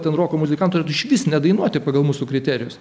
ten roko muzikantų atrodo išvis nedainuoti pagal mūsų kriterijus